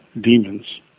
demons